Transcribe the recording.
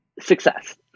success